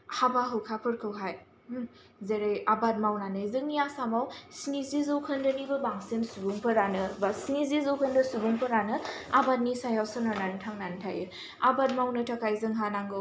हाबा हुखाफोरखौहाय जेरै आबाद मावनानै जोंनि आसामाव स्निजि जौखोन्दोनिबो बांसिन सुबुंफोरानो बा स्निजि जौखोन्दो सुबुंफोरानो आबादनि सायाव सोनारनानै थांनानै थायो आबाद मावनो थाखाय जोंहा नांगौ